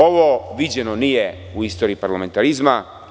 Ovo viđeno nije u istoriji parlamentarizma.